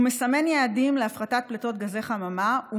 הוא מסמן יעדים להפחתת פליטות גזי חממה והוא